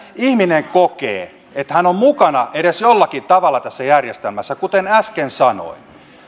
ihminen kokee että hän on mukana edes jollakin tavalla tässä järjestelmässä kuten äsken sanoin